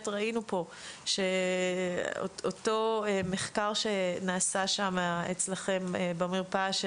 ראינו פה את אותו מחקר שנעשה אצלכם במרפאה,